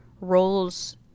roles